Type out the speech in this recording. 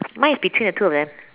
mine is between the two of them